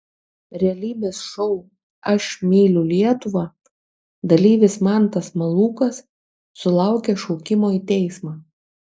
realybės šou aš myliu lietuvą dalyvis mantas malūkas sulaukė šaukimo į teismą